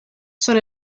son